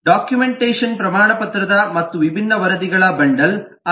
documentation ಪ್ರಮಾಣಪತ್ರದ ಮತ್ತು ವಿಭಿನ್ನ ವರದಿಗಳ ಬಂಡಲ್ ಆಗಿದೆ